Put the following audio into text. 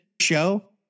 show